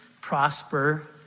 prosper